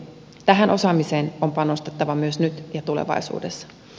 tähän osaamiseen on panostettava myös nyt ja tulevaisuudessa